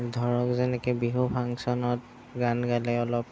ধৰক যেনেকৈ বিহু ফাংচনত গান গালে অলপ